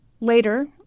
Later